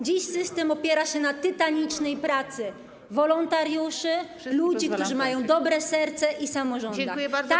Dziś system opiera się na tytanicznej pracy wolontariuszy, ludzi, którzy mają dobre serce, i na samorządach.